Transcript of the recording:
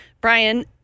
Brian